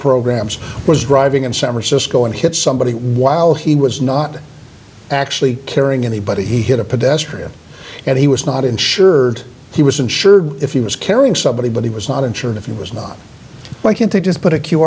programs was driving in san francisco and hit somebody while he was not actually carrying anybody he hit a pedestrian and he was not insured he was insured if he was carrying somebody but he was not insured if he was not why can't they just put a q